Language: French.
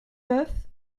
neuf